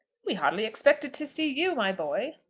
we hardly expected to see you, my boy.